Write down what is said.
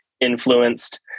influenced